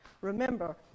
Remember